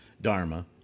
dharma